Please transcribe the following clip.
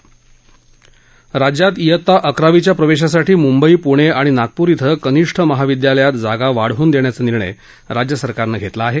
महाराष्ट्रात इयत्ता अकरावीच्या प्रवेशासाठी मुंबई पुणे आणि नागपूर इथं कनिष्ठ महाविद्यालयात जागा वाढवून देण्याचा निर्णय राज्यसरकारनं घेतला आहे